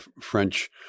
French